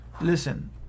Listen